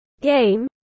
game